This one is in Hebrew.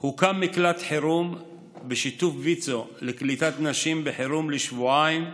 הוקם מקלט חירום בשיתוף ויצו לקליטת נשים בחירום לשבועיים,